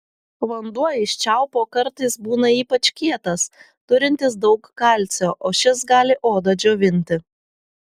vanduo iš čiaupo kartais būna ypač kietas turintis daug kalcio o šis gali odą džiovinti